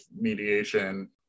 mediation